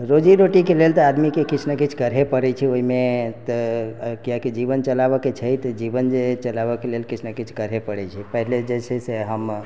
रोजी रोटीके लेल तऽ आदमीके किछु ने किछु तऽ करहे पड़ै छै ओइमे तऽ किएककि जीवन चलाबऽके छै तऽ जीवन जे चलाबऽके लेल किछु ने किछु करहे पड़ै छै पहिले जैसे से हम